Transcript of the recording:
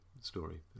story